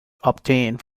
obtained